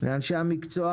לאנשי המקצוע,